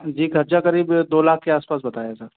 जी ख़र्चा क़रीब है दो लाख के आस पास बताया था